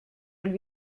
lui